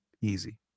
Easy